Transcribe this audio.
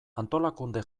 antolakunde